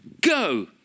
go